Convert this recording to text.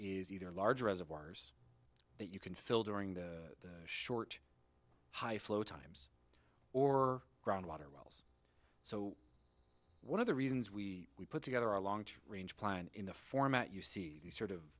is either large reservoirs that you can fill during the short high flow times or ground water wells so one of the reasons we we put together a long range plan in the format you see these sort of